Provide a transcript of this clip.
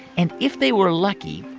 and if they were lucky,